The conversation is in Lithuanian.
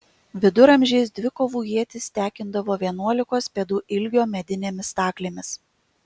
viduramžiais dvikovų ietis tekindavo vienuolikos pėdų ilgio medinėmis staklėmis